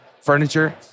furniture